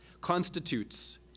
constitutes